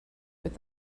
with